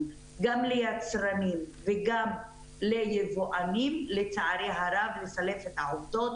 רבות גם ליצרנים וגם ליבואנים לצערי הרב לסלף את העובדות